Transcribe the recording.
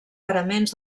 paraments